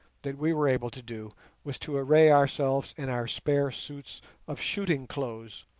that we were able to do was to array ourselves in our spare suits of shooting clothes,